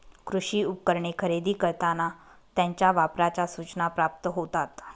कृषी उपकरणे खरेदी करताना त्यांच्या वापराच्या सूचना प्राप्त होतात